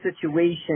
situation